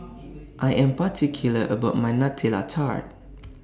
I Am particular about My Nutella Tart